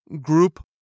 group